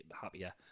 happier